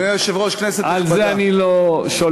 אדוני היושב-ראש, כנסת נכבדה, על זה אני לא שולט.